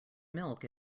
milk